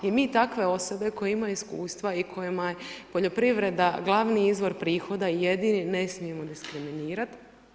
I mi takve osobe koje imaju iskustva i kojima je poljoprivreda glavni izvor prihoda, jedini, ne smijemo diskriminirati.